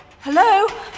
Hello